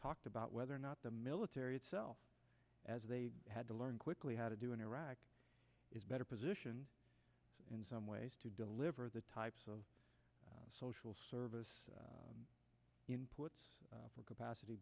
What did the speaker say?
talked about whether or not the military itself as they had to learn quickly how to do in iraq is better position in some ways to deliver the types of social service inputs for capa